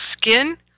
skin